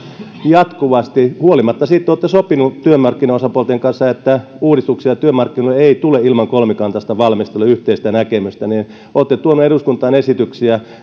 jatkuvasti huolimatta siitä että olette sopineet työmarkkinaosapuolten kanssa että uudistuksia työmarkkinoille ei tule ilman kolmikantaista valmistelua ja yhteistä näkemystä tuoneet eduskuntaan esityksiä